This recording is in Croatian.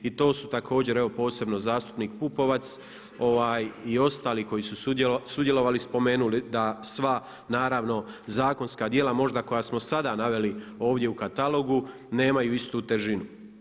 I to su također evo posebno zastupnik Pupovac i ostali koji su sudjelovali spomenuli da sva naravno zakonska djela možda koja smo sada naveli ovdje u katalogu nemaju istu težinu.